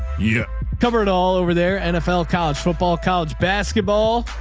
yeah cover it all over there. nfl college football, college basketball.